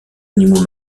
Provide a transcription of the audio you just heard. animaux